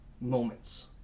moments